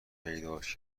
پیداش